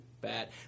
bad